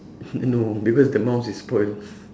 no because the mouse is spoiled